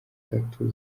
tatu